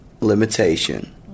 limitation